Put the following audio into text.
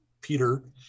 Peter